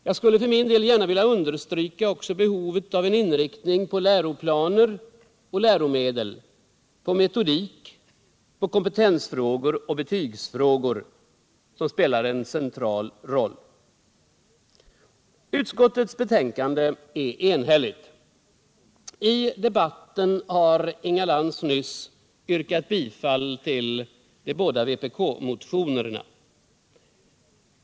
Jag skulle för min del gärna vilja understryka behovet av en inriktning också på läroplaner och läromedel, på metodik, på kompetensoch betygsfrågor, som spelar en central roll. Utskottets betänkande är enhälligt. I debatten har Inga Lantz nyss yrkat bifall till de båda vpk-motionerna.